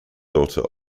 daughter